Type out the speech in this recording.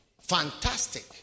Fantastic